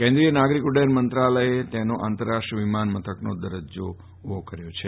કેન્દ્રીય નાગરિક ઉડ્ડયન મંત્રાલયે તેનો આંતરરાષ્ટ્રીય વિમાન મથકનો દરજ્જા આપ્યો છે